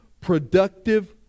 productive